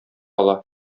ала